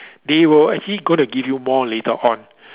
they were actually gonna give you more later on